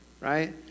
Right